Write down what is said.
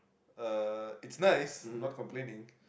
uh it's nice not complaining